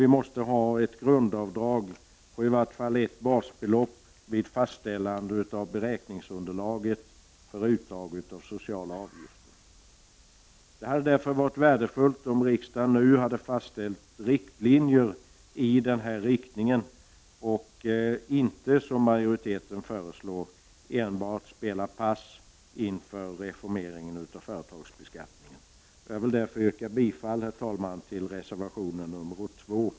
Vi måste ha ett grundavdrag på åtminstone ett basbelopp vid fastställande av beräkningsunderlaget för uttagandet av sociala avgifter. Det hade därför varit mycket värdefullt om riksdagen nu hade fastställt riktlinjer i de banorna och inte, som majoriteten föreslår, enbart spelat pass inför reformeringen av företagsbeskattningen. Jag vill därför yrka bifall till reservation nr 2.